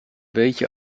weetje